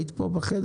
היית כאן בחדר?